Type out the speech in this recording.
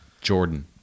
Jordan